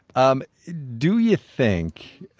um do you think,